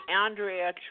Andrea